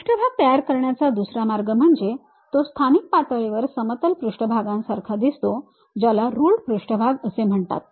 पृष्ठभाग तयार करण्याचा दुसरा मार्ग म्हणजे तो स्थानिक पातळीवर समतल पृष्ठभागांसारखा दिसतो ज्याला रुल्ड पृष्ठभाग असे म्हणतात